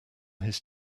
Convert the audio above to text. his